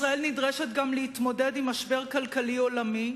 ישראל נדרשת גם להתמודד עם משבר כלכלי עולמי,